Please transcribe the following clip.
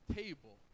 table